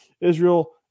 Israel